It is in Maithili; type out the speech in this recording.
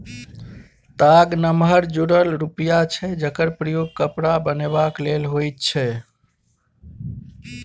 ताग नमहर जुरल रुइया छै जकर प्रयोग कपड़ा बनेबाक लेल होइ छै